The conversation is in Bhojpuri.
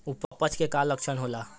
अपच के का लक्षण होला?